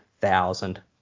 thousand